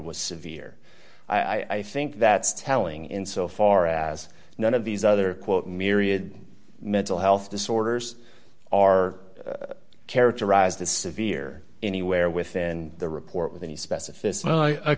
was severe i think that's telling in so far as none of these other quote myriad mental health disorders are characterized as severe anywhere within the report with any specificity